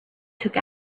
took